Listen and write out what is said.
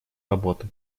работы